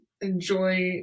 enjoy